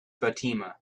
fatima